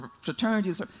fraternities